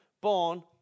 born